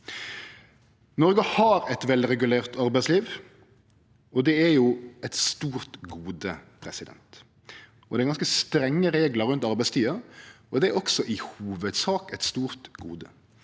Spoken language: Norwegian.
Noreg har eit velregulert arbeidsliv, og det er eit stort gode. Det er ganske strenge reglar rundt arbeidstida, og det er også i hovudsak eit stort gode.